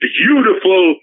beautiful